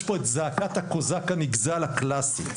יש פה את זעקת הקוזק הנגזל הקלאסית,